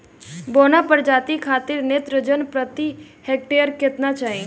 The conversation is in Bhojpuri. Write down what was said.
बौना प्रजाति खातिर नेत्रजन प्रति हेक्टेयर केतना चाही?